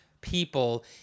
people